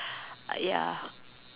ya